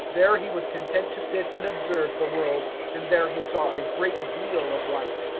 there he was content to sit and observe the world and there he saw a great deal of life.